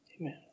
Amen